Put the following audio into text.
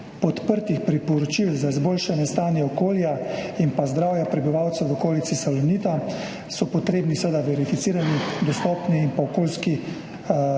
podprtih priporočil za izboljšanje stanja okolja in pa zdravja prebivalcev v okolici Salonita so potrebni seveda verificirani, dostopni in pa okoljski kakovostni